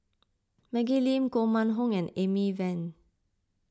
Maggie Lim Koh Mun Hong and Amy Van